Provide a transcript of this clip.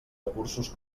recursos